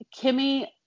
Kimmy